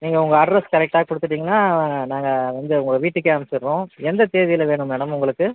நீங்கள் உங்கள் அட்ரெஸ் கரெக்டாக கொடுத்துட்டீங்கன்னா நாங்கள் வந்து உங்கள் வீட்டுக்கே அனுப்பிச்சிட்டுறோம் எந்த தேதியில் வேணும் மேடம் உங்களுக்கு